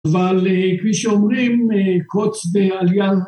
אבל כפי שאומרים קוץ באליה